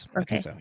okay